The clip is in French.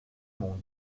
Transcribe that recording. monde